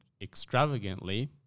extravagantly